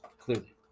clearly